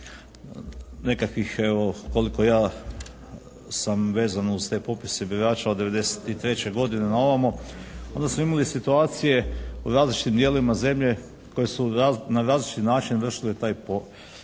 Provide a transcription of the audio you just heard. nekakvih evo koliko ja sam vezan uz te popise birača od '93. godine na ovamo onda smo imali situacije u različitim dijelovima zemlje koje su na različit način vršile taj popis.